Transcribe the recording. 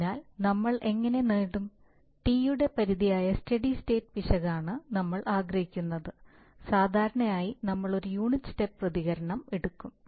അതിനാൽ നമ്മൾ എങ്ങനെ നേടും T യുടെ പരിധിയായ സ്റ്റെഡി സ്റ്റേറ്റ് പിശകാണ് നമ്മൾ ആഗ്രഹിക്കുന്നത് സാധാരണയായി നമ്മൾ ഒരു യൂണിറ്റ് സ്റ്റെപ്പ് പ്രതികരണം എടുക്കും